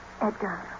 Edgar